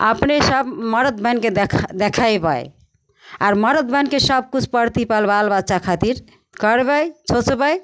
अपने सब मर्द बनिकऽ देखेबय आर मर्द बनिकऽ सबकिछु प्रतिपाल बाल बच्चा खातिर करबय सोचबय